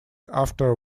after